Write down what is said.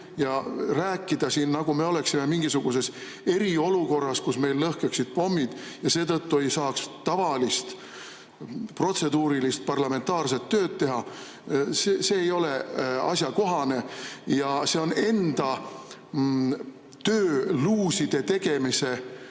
Rääkida siin, nagu me oleksime mingisuguses eriolukorras, kus meil lõhkeksid pommid ja seetõttu ei saaks tavalist protseduurilist parlamentaarset tööd teha, ei ole asjakohane. See on enda tööluuside tegemise